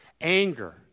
anger